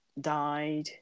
died